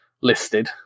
listed